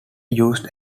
used